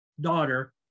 daughter